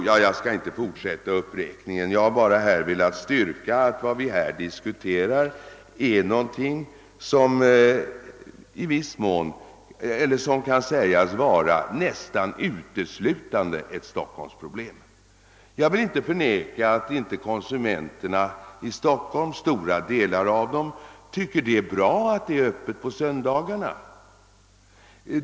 Jag har med detta velat styrka att vad vi här diskuterar är någonting som kan sägas vara nästan uteslutande ett Stockholmsproblem. Jag vill inte förneka att konsumenterna i stora delar av Stockholm tycker att det är bra att det hålls öppet på söndagarna.